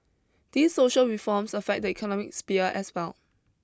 these social reforms affect the economic sphere as well